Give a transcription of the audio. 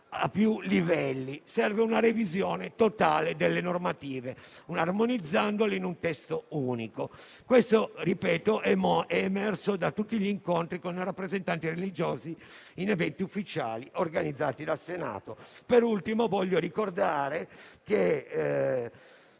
a più livelli. Serve una revisione totale delle normative, armonizzandole in un testo unico. Tutto questo è emerso da tutti gli incontri con rappresentanti religiosi in eventi ufficiali organizzati dal Senato. Per ultimo voglio ricordare che